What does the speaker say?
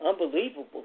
Unbelievable